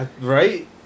Right